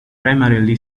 primarily